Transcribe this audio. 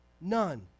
none